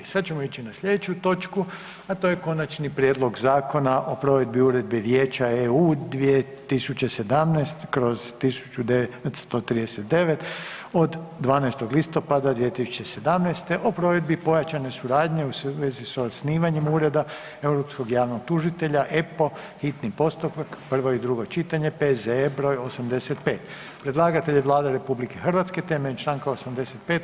Sad ćemo ići na slijedeću točku, a to je: - Konačni prijedlog zakona o provedbi Uredbe Vijeća (EU) 2017/1939 od 12. listopada 2017. o provedbi pojačane suradnje u vezi s osnivanjem Ureda Europskog javnog tužitelja („EPPO“), hitni postupak, prvo i drugo čitanje, P.Z.E. br. 85 Predlagatelj je Vlada RH temeljem članka 85.